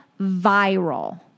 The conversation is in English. viral